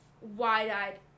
wide-eyed